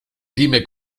dime